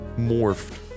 morphed